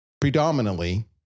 predominantly